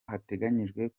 hateganyijwe